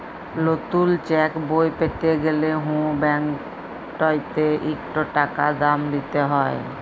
লতুল চ্যাকবই প্যাতে গ্যালে হুঁ ব্যাংকটতে ইকট টাকা দাম দিতে হ্যয়